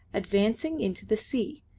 advancing into the sea,